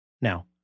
Now